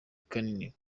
kanini